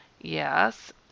Yes